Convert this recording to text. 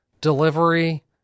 delivery